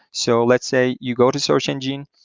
so let's say you go to search engine,